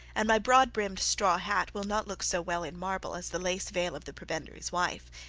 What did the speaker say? and my broad-brimmed straw hat will not look so well in marble as the lace veil of the prebendary's wife